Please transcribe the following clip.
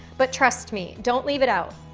but trust me, don't leave it out.